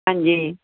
ਹਾਂਜੀ